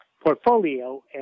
portfolio